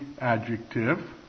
adjective